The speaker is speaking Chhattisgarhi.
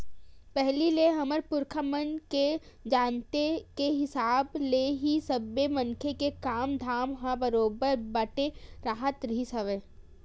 पहिलीच ले हमर पुरखा मन के जानती के हिसाब ले ही सबे मनखे के काम धाम ह बरोबर बटे राहत रिहिस हवय